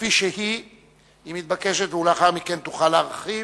כפי שהיא, היא מתבקשת, ולאחר מכן תוכל להרחיב.